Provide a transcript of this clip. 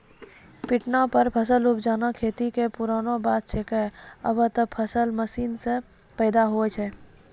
पिटना पर फसल उपजाना खेती कॅ पुरानो बात छैके, आबॅ त फसल मशीन सॅ पैदा होय छै